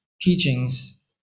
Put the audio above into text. teachings